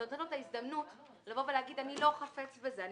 אתה נותן לו את ההזדמנות לומר שהוא לא חפץ בזה,